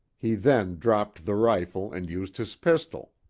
he then dropped the rifle and used his pistol.